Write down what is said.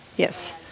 Yes